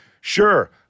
sure